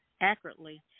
accurately